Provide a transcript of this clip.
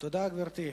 תודה, גברתי.